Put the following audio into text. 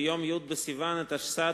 ביום י' בסיוון התשס"ט,